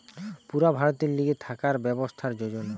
পুরা ভারতের লিগে থাকার ব্যবস্থার যোজনা